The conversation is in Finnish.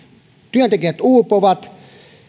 työntekijät uupuvat